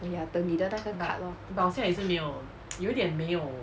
oh ya 等你的那个 card lor